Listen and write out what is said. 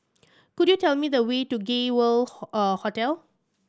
could you tell me the way to Gay World Hotel